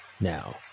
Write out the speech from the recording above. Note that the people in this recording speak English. Now